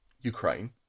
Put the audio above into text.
Ukraine